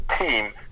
team